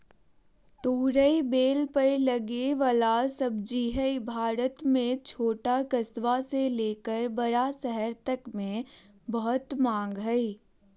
तोरई बेल पर लगे वला सब्जी हई, भारत में छोट कस्बा से लेकर बड़ा शहर तक मे बहुत मांग हई